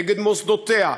נגד מוסדותיה,